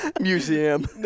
Museum